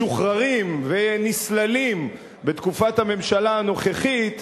משוחררים ונסללים בתקופת הממשלה הנוכחית,